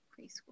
preschool